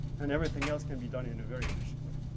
and everything else can be done in a very efficient way.